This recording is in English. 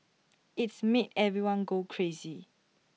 it's made everyone go crazy